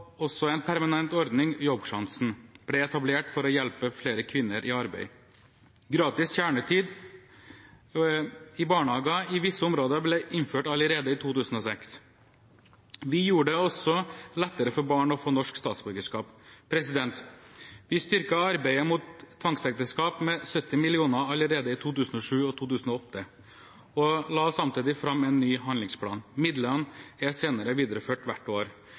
også en permanent ordning i Jobbsjansen, som ble etablert for å hjelpe flere kvinner i arbeid. Gratis kjernetid i barnehager i visse områder ble innført allerede i 2006. Vi gjorde det også lettere for barn å få norsk statsborgerskap. Vi styrket arbeidet mot tvangsekteskap med 70 mill. kr allerede i 2007 og 2008 og la samtidig fram en ny handlingsplan. Midlene er senere videreført hvert år.